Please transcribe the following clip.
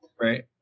Right